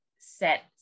set